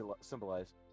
symbolize